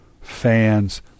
fans